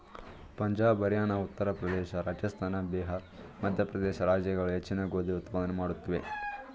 ಪಂಜಾಬ್ ಹರಿಯಾಣ ಉತ್ತರ ಪ್ರದೇಶ ರಾಜಸ್ಥಾನ ಬಿಹಾರ್ ಮಧ್ಯಪ್ರದೇಶ ರಾಜ್ಯಗಳು ಹೆಚ್ಚಿನ ಗೋಧಿ ಉತ್ಪಾದನೆ ಮಾಡುತ್ವೆ